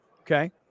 Okay